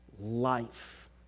life